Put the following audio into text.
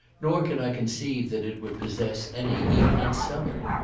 nor can i conceive that it would possess any even in summer.